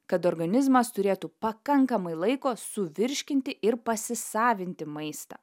kad organizmas turėtų pakankamai laiko suvirškinti ir pasisavinti maistą